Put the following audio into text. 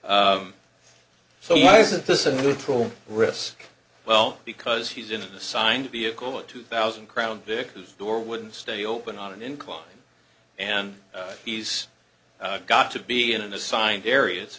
r so why isn't this a neutral risk well because he's in an assigned vehicle a two thousand crown vic his door wouldn't stay open on an incline and he's got to be in an assigned area